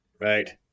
right